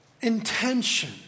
intention